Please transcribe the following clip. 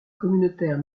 communautaire